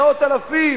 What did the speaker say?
מאות אלפים,